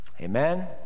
Amen